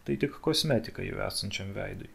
tai tik kosmetika jau esančiam veidui